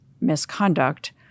misconduct